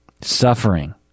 Suffering